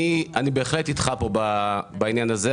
אני בהחלט איתך פה בעניין הזה.